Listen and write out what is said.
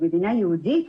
כמדינה יהודית,